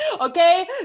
Okay